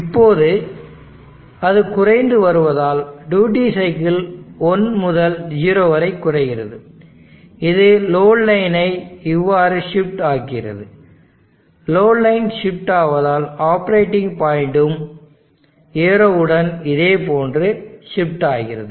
இப்போது அது குறைந்து வருவதால் டியூட்டி சைக்கிள் 1 முதல் 0 வரை குறைகிறது இது லோடு லைனை இவ்வாறு ஷிப்ட் ஆக்குகிறது லோடு லைன் ஷிப்ட் ஆவதால் ஆப்பரேட்டிங் பாயிண்ட்டும் ஏரோ உடன் இதேபோன்று ஷிப்ட் ஆகிறது